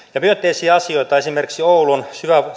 myönteisiä asioita esimerkiksi oulun